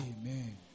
Amen